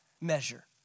measure